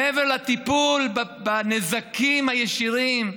מעבר לטיפול בנזקים הישירים,